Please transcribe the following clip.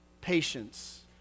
patience